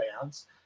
bands